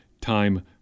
time